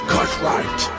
Cutright